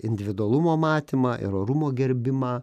individualumo matymą ir orumo gerbimą